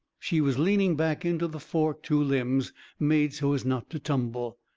she was leaning back into the fork two limbs made so as not to tumble.